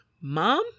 mom